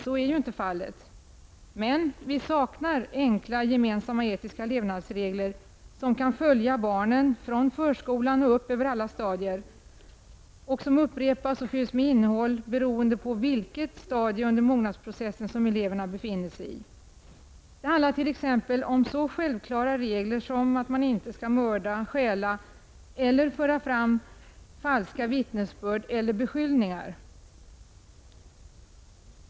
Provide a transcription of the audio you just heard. Så är ju inte fallet, men vi saknar enkla gemensamma etiska levnadsregler som kan följa barnen från förskolan upp över alla skolstadier och som upprepas och fylls med innehåll beroende på vilket stadium under mognadsprocessen som eleverna befinner sig i. Det handlar t.ex. om sådana självklara regler som att man inte skall mörda, stjäla och föra fram falskt vittnesbörd eller falska beskyllningar.